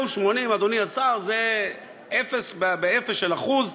180, אדוני השר, זה אפס מאפס של אחוז.